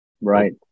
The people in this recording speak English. Right